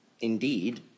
indeed